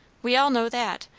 we all know that.